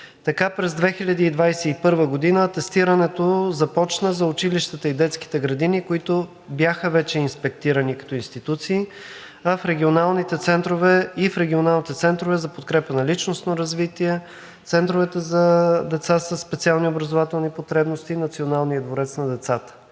Така през 2021 г. атестирането започна за училищата и детските градини, които бяха вече инспектирани, като институции и в регионалните центрове за подкрепа на личностното развитие, Центровете за деца със специални образователни потребности и Националния дворец на децата.